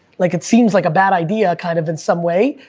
like it seems like a bad idea kind of, in some way,